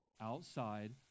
outside